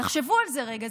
תחשבו על זה רגע,